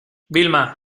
vilma